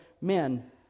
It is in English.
men